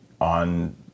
on